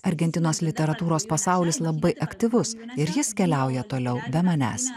argentinos literatūros pasaulis labai aktyvus ir jis keliauja toliau be manęs